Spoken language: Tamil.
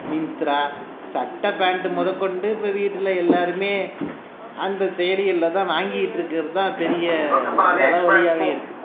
மிந்த்ரா சட்டை பேண்ட்டு மொதல் கொண்டு இப்போ வீட்டில் எல்லோருமே அந்த செயலிகளில் தான் வாங்கிக்கிட்டு இருக்கிறது தான் பெரிய தலை வலியாவே இருக்குது